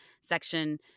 section